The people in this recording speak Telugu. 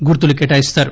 గుర్తులు కేటాయిస్తారు